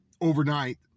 overnight